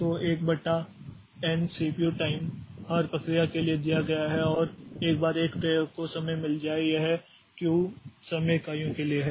तो 1 बटा n CPU time हर प्रक्रिया के लिए दिया गया है और एक बार एक प्रक्रिया को समय मिल जाए यह क्यू समय इकाइयों के लिए है